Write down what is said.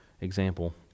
example